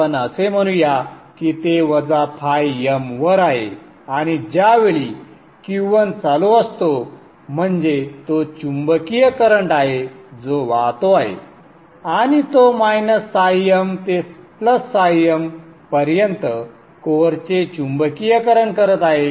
आपण असे म्हणू या की ते वजा phi m वर आहे आणि ज्या वेळी Q1 चालू असतो म्हणजे तो चुंबकीय करंट आहे जो वाहतो आहे आणि तो m ते m पर्यंत कोअरचे चुंबकीकरण करत आहे